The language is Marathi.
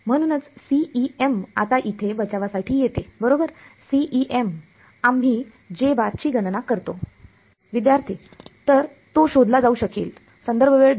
म्हणूनच CEM आता इथे बचावासाठी येते बरोबर CEM आम्ही ची गणना करतो